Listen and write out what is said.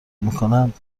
میکنند